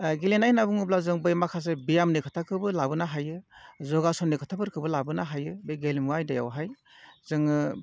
गेलेनाय होनना बुङोब्ला जों माखासे बेयामनि खोथाखोबो लाबोनो हायो जगासननि खोथाफोरखौबो लाबोनो हायो बे गेलेमु आयदायावहाय जोङो